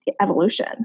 Evolution